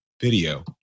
video